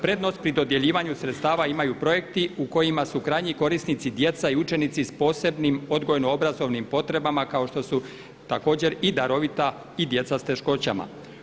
Prednost pri dodjeljivanju sredstava imaju projekti u kojima su krajnji korisnici djeca i učenici s posebnim odgojno obrazovnim potrebama kao što su također i darovita i djeca s teškoćama.